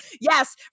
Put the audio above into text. yes